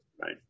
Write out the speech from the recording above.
right